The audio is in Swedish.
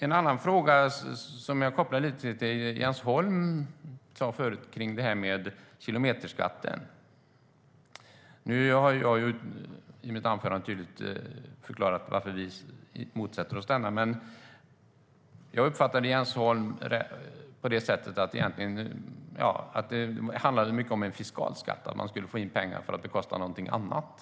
En annan fråga som jag lite grann kopplar till det som Jens Holm sa gäller kilometerskatten. Jag har i mitt anförande tydligt förklarat varför vi motsätter oss den. Jag uppfattade Jens Holm så att det mycket handlade om en fiskal skatt, att man skulle få in pengar för att bekosta någonting annat.